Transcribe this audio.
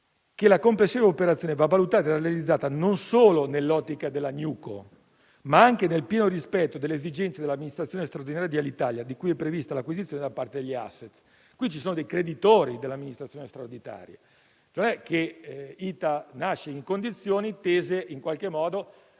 la complessiva operazione va valutata ed analizzata non solo nell'ottica della *newco*, ma anche nel pieno rispetto delle esigenze dell'amministrazione straordinaria di Alitalia, di cui è prevista l'acquisizione da parte degli *asset.* Qui ci sono dei creditori dell'amministrazione straordinaria. In base alle norme universali della *par